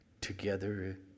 together